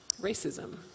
racism